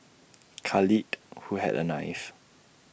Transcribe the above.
Khalid who had A knife